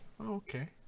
Okay